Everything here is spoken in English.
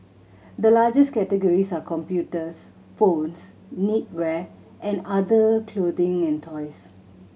the largest categories are computers phones knitwear and other clothing and toys